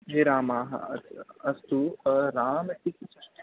हे रामाः अ अस्तु राम इत्यस्य